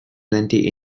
plenty